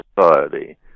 society